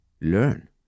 learn